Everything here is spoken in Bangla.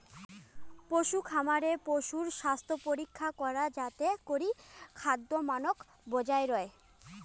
পশুখামারে পশুর স্বাস্থ্যপরীক্ষা করা যাতে করি খাদ্যমানক বজায় রয়